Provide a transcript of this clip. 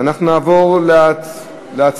לפיכך,